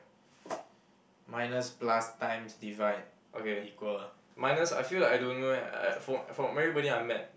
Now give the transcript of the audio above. okay minus I feel like I don't know eh I from from everybody I met